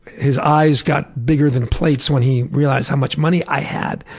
his eyes got bigger than plates when he realized how much money i had.